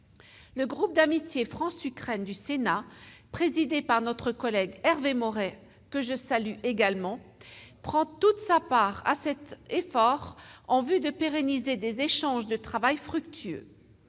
Le groupe d'amitié France - Ukraine du Sénat, présidé par notre collègue Hervé Maurey, que je salue également, prend toute sa part à cet effort en vue de pérenniser des échanges de travail fructueux.